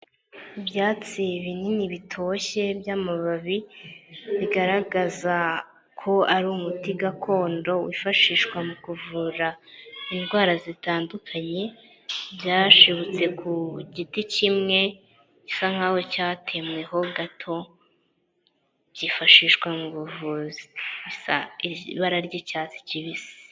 Ibyatsi binini bitoshye by'amababi, bigaragaza ko ari umuti gakondo, wifashishwa mu kuvura indwara zitandukanye, byashibutse ku giti kimwe gisa nk'aho cyatemwe ho gato byifashishwa mu buvuzi zisa ibara ry'icyatsi kibisi.